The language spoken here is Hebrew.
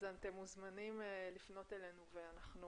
אז אתם מוזמנים לפנות אלינו ואנחנו